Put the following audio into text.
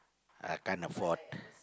I can't afford